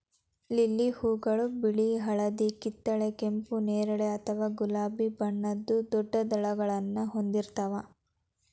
lily ಹೂಗಳು ಬಿಳಿ, ಹಳದಿ, ಕಿತ್ತಳೆ, ಕೆಂಪು, ನೇರಳೆ ಅಥವಾ ಗುಲಾಬಿ ಬಣ್ಣದ ದೊಡ್ಡ ದಳಗಳನ್ನ ಹೊಂದಿರ್ತಾವ